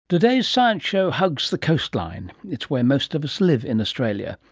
today's science show hugs the coastline. it's where most of us live in australia.